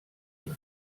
wird